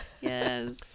Yes